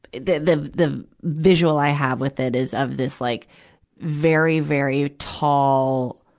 the, the, the visual i have with it is of this like very, very tall